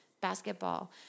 basketball